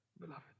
beloved